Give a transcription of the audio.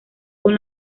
con